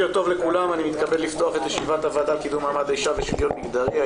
אני מתכבד לפתוח את ישיבת הוועדה לקידום מעמד האישה ושוויון מגדרי.